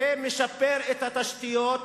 זה משפר את התשתיות,